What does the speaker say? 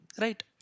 Right